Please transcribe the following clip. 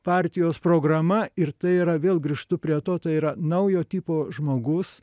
partijos programa ir tai yra vėl grįžtu prie to tai yra naujo tipo žmogus